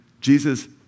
Jesus